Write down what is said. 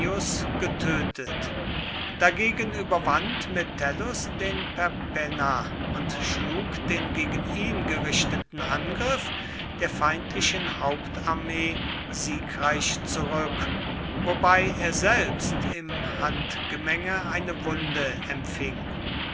getötet dagegen überwand metellus den perpenna und schlug den gegen ihn gerichteten angriff der feindlichen hauptarmee siegreich zurück wobei er selbst im handgemenge eine wunde empfing